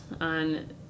on